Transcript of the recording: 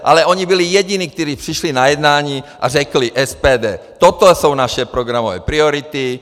Ale oni byli jediní, kteří přišli na jednání a řekli, SPD, toto jsou naše programové priority.